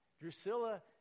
Drusilla